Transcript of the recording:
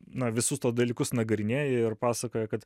na visus tuos dalykus nagrinėja ir pasakoja kad